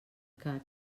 que